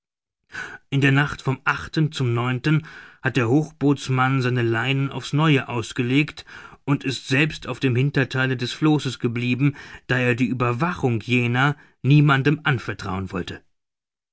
in der nacht vom zum hat der hochbootsmann seine leinen auf's neue ausgelegt und ist selbst auf dem hintertheile des flosses geblieben da er die ueberwachung jener niemandem anvertrauen wollte